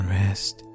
rest